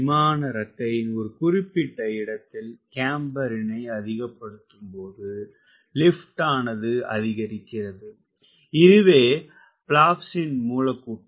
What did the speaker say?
விமான இறக்கையின் ஒரு குறிப்பிட்ட இடத்தில் கேம்பரினை அதிகப்படுத்தும் போது லிப்ட் ஆனது அதிகரிக்கிறது இதுவே பிளாப்ஸின் மூலக்கூற்று